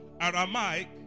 Aramaic